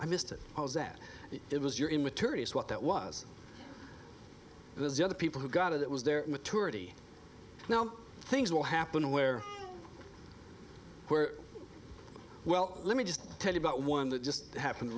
i missed it i was that it was your immaturity is what that was busy other people who got it was their maturity now things will happen where where well let me just tell you about one that just happened